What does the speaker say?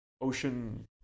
ocean